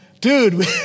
Dude